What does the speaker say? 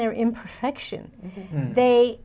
their imperfection they